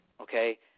okay